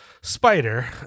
Spider